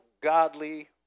godly